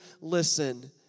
listen